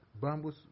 Bambus